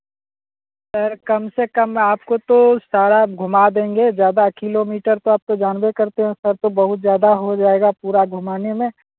sir कम से कम में आपको तो सारा घुमा देंगे ज़्यादा किलोमीटर तो आप तो जानबे करते हैं सर तो बहुत ज़्यादा हो जाएगा पूरा घुमाने में